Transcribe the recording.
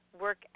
work